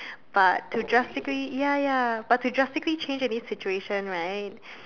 but to drastically ya ya but to drastically change any situation right